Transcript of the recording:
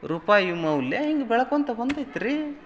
ರೂಪಾಯಿ ಮೌಲ್ಯ ಹಿಂಗೆ ಬೆಳ್ಕೊಳ್ತ ಬಂದೈತ್ರೀ